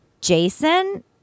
Jason